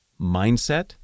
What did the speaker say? mindset